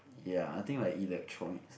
ya I think like electronics